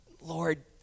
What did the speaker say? Lord